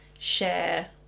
share